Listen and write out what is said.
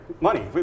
Money